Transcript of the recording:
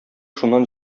шуннан